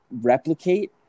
replicate